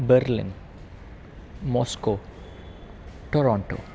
Berlin Moscow Toronto